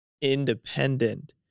independent